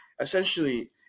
essentially